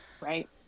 Right